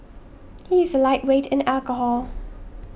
he is a lightweight in alcohol